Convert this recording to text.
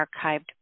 archived